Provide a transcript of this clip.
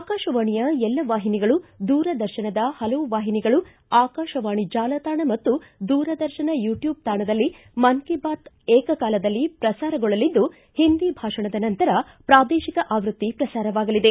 ಆಕಾಶವಾಣಿಯ ಎಲ್ಲ ವಾಹಿನಿಗಳು ದೂರದರ್ಶನದ ಪಲವು ವಾಹಿನಿಗಳು ಆಕಾಶವಾಣಿ ಜಾಲತಾಣ ಮತ್ತು ದೂರದರ್ಶನ ಯೂಟ್ಕೂಬ್ ತಾಣದಲ್ಲಿ ಮನ್ ಕಿ ಬಾತ್ ಏಕಕಾಲದಲ್ಲಿ ಪ್ರಸಾರಗೊಳ್ಳಲಿದ್ದು ಹಿಂದಿ ಭಾಷಣದ ನಂತರ ಪ್ರಾದೇಶಿಕ ಆವೃತ್ತಿ ಪ್ರಸಾರವಾಗಲಿದೆ